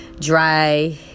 dry